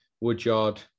Woodyard